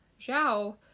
Zhao